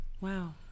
wow